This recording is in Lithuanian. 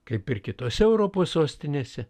kaip ir kitose europos sostinėse